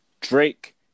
Drake